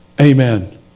Amen